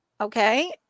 Okay